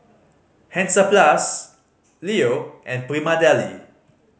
Hansaplast Leo and Prima Deli